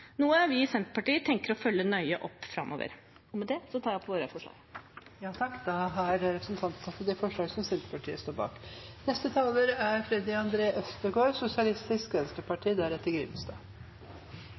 noe vi i Senterpartiet tenker å følge nøye opp framover. Med det tar jeg opp forslaget vi har sammen med SV. Representanten Åslaug Sem-Jacobsen har tatt opp